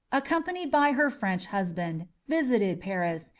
accompanied by her french husband, visited paris,